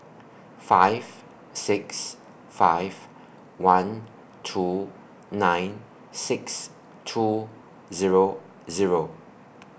five six five one two nine six two Zero Zero